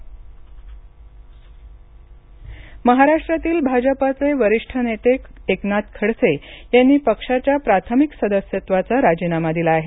एकनाथ खडसे महाराष्ट्रातील भाजपचे वरिष्ठ नेते एकनाथ खडसे यांनी त्यांच्या पक्षाच्या प्राथमिक सदस्यत्वाचा राजीनामा दिला आहे